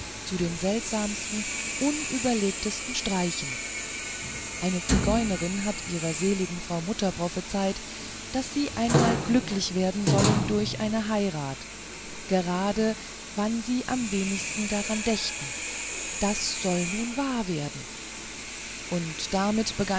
zu den seltsamsten unüberlegtesten streichen eine zigeunerin hat ihrer seligen frau mutter prophezeit daß sie einmal glücklich werden sollten durch eine heirat gerade wann sie am wenigsten daran dächten das soll nun wahr werden und damit